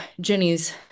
Jenny's